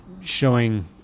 showing